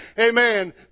Amen